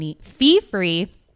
fee-free